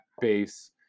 base